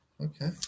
Okay